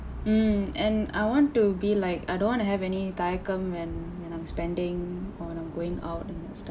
um and I want to be like I don't want to have any தயக்கம் :thayakkam when I'm spending and I'm going out and stuff